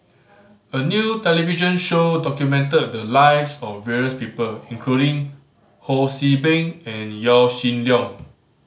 a new television show documented the lives of various people including Ho See Beng and Yaw Shin Leong